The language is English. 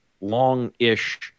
long-ish